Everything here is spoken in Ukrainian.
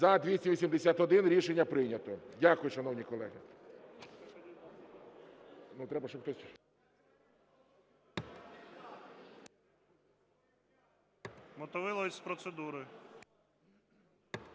За-281 Рішення прийнято. Дякую, шановні колеги.